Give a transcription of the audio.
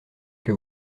que